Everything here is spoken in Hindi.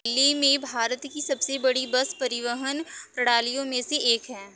दिल्ली में भारत की सबसे बड़ी बस परिवहन प्रणालियों में से एक है